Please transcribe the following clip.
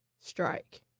Strike